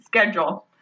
schedule